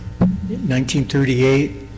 1938